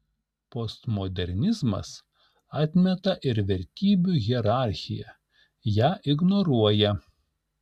postmodernizmas atmeta ir vertybių hierarchiją ją ignoruoja